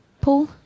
Paul